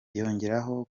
yongeraho